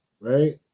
right